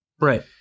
Right